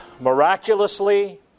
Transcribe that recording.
miraculously